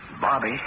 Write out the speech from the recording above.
Bobby